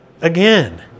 Again